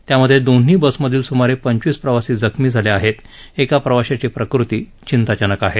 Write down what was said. त्यामध्ये दोन्ही बसमधील सुमारे पंचवीस प्रवासी जखमी झाले आहेत एका प्रवाशाची प्रकृती चिंताजनक आहे